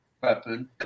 weapon